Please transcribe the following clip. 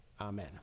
amen